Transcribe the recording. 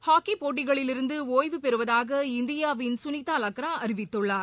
ஹாக்கிப் போட்டிகளிலிருந்து ஒய்வுபெறுவதாக இந்தியாவின் சுமித்தா லக்ரா அறிவித்துள்ளார்